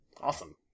Awesome